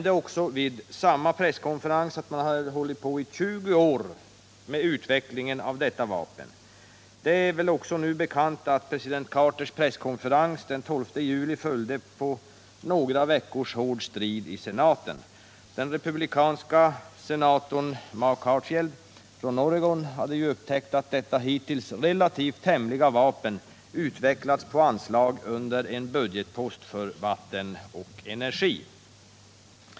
Vid samma presskonferens nämnde han också att man hållit på i 20 år med utvecklingen av detta vapen. Det är väl nu också känt att president Carters presskonferens den 12 juli följde efter några veckors hård strid i senaten. Den republikanske senatorn Mark Hatfield från Oregon hade upptäckt att detta dittills relativt hemliga vapen utvecklats med medel från en budgetpost för ”vatten och energi”.